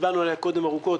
שדיברנו עליה קודם ארוכות,